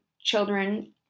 children